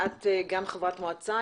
את גם חברת מועצה,